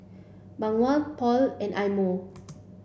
Bawang Paul and Eye Mo